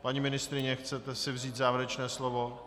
Paní ministryně, chcete si vzít závěrečné slovo?